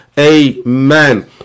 amen